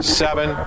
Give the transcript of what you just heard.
seven